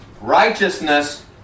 Righteousness